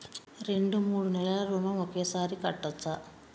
రెండు మూడు నెలల ఋణం ఒకేసారి కట్టచ్చా?